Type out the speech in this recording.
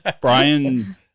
Brian